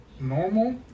Normal